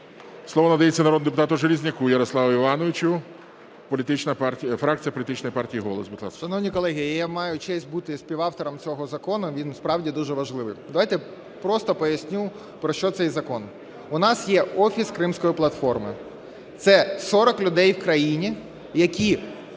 Слово надається народному депутату Железняку Ярославу Івановичу, фракція політичної партії "Голос". Будь ласка. 12:05:44 ЖЕЛЕЗНЯК Я.І. Шановні колеги! Я маю честь бути співавтором цього закону, він справді дуже важливий. Давайте просто поясню, про що цей закон. У нас є Офіс Кримської платформи. Це 40 людей в країні, які